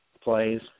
plays